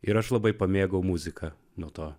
ir aš labai pamėgau muziką nuo to